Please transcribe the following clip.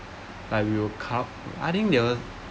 like we were cuff I think there're